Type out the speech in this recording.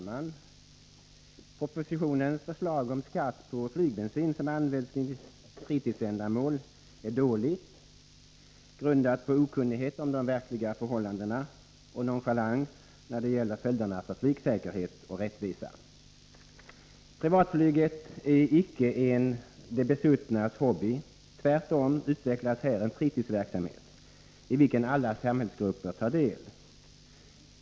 Herr talman! Propositionens förslag om skatt på flygbensin som används för fritidsändamål är dåligt, och det är grundat på okunnighet när det gäller de verkliga förhållandena och på nonchalans när det gäller följderna för flygsäkerhet och rättvisa. Privatflyget är icke en ”de besuttnas” hobby. Tvärtom utvecklas här en fritidsverksamhet, i vilken alla samhällsgrupper tar del.